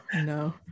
no